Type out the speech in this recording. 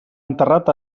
enterrat